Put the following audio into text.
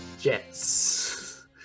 Jets